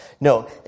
no